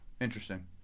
Interesting